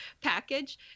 package